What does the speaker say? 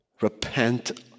Repent